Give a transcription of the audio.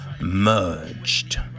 merged